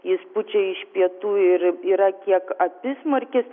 jis pučia iš pietų ir yra kiek apysmarkis